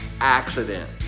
accident